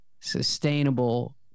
sustainable